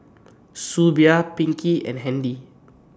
Eusebio Pinkie and Handy